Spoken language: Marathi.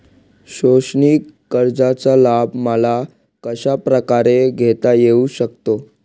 शैक्षणिक कर्जाचा लाभ मला कशाप्रकारे घेता येऊ शकतो?